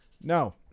No